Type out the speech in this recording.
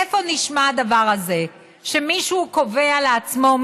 איפה נשמע הדבר הזה שמישהו קובע לעצמו,